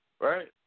Right